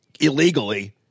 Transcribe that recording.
illegally